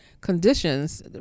conditions